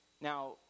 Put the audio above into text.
now